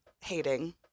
hating